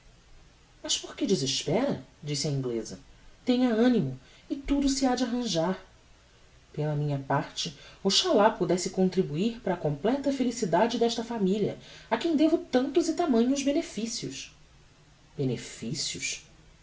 mas porque desespera disse a ingleza tenha animo e tudo se hade arranjar pela minha parte oxalá pudesse contribuir para a completa felicidade desta familia a quem devo tantos e tamanhos benefícios benefícios